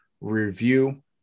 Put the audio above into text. review